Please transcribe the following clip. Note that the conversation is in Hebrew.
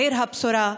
עיר הבשורה,